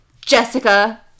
Jessica